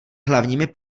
hlavními